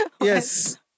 Yes